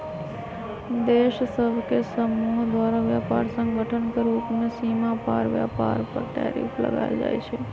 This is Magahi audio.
देश सभ के समूह द्वारा व्यापार संगठन के रूप में सीमा पार व्यापार पर टैरिफ लगायल जाइ छइ